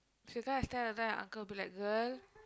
she try to stare that time the uncle will be like girl